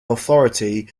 authority